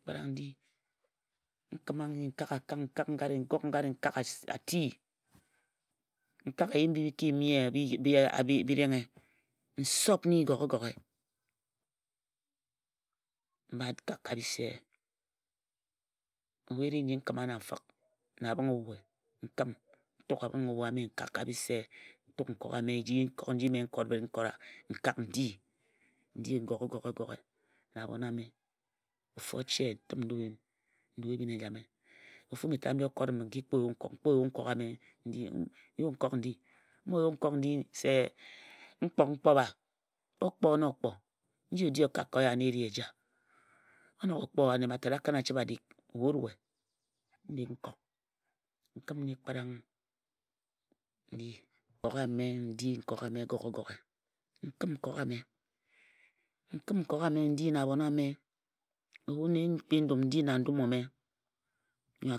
N kəma nkok ka bise. N gok ngare n kak a ti n kak eyim mbi ki yim nnyi a yebhe. N sop nny goghe goghe. N kən a yip nka bise. Ebhu eri nji n kəma na nfəma na abhəng obhe n kəm. N kən nkok ame n kak ka bise. N ka n di n de goghe goghe goghe. na abhon ame. Ofu oche n ta̱m n du nyim n dua ebhin ejame. Ofu mbi tat mbi okot m se nki ko yue nkok ame, n ye nkok ndi. m bo ywe nkok sw n kpok m kpo m kpo bha n okpo òkpo. Njò o chii o kak ka oya na e ri eja. O nok o kpo ane mma tat a kən a choabhe. Na abhon